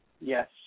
yes